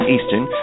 Eastern